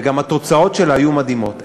וגם התוצאות שלה יהיו מדהימות.